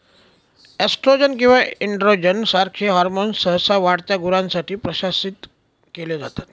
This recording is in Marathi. एस्ट्रोजन किंवा एनड्रोजन सारखे हॉर्मोन्स सहसा वाढत्या गुरांसाठी प्रशासित केले जातात